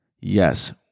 Yes